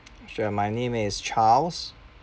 sure my name is charles